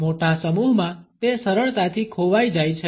મોટા સમૂહમાં તે સરળતાથી ખોવાઈ જાય છે